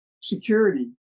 security